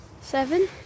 Seven